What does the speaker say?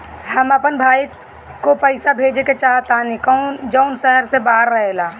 हम अपन भाई को पैसा भेजे के चाहतानी जौन शहर से बाहर रहेला